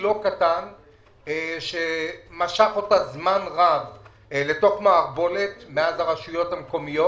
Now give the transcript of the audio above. לא קטן שמשך אותה זמן רב לתוך מערבולת אבל ברוך